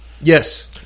yes